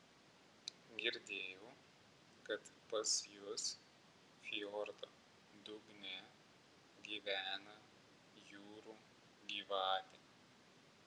girdėjau kad pas jus fjordo dugne gyvena jūrų gyvatė